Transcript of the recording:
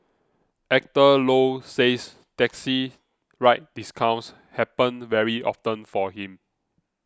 Actor Low says taxi ride discounts happen very often for him